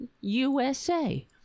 USA